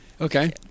Okay